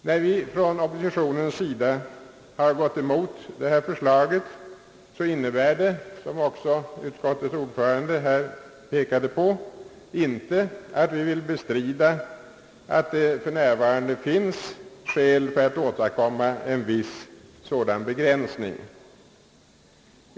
När vi från oppositionens sida har gått emot detta förslag, inne bär det — som också utskottets ordförande här påpekade — inte att vi vill bestrida att det för närvarande finns skäl för att åstadkomma en begränsning.